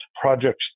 projects